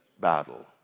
battle